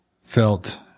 felt